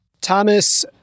Thomas